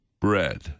bread